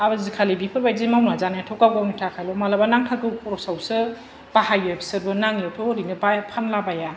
आजिखालि बेफोरबायदि मावनानै जानायाथ' गाव गावनि थाखायल' मालाबा नांथारगौ खरसावसो बाहायो बिसोरबो नाङैआवथा ओरैनो बाय फानलाबाया